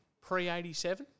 pre-87